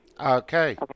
Okay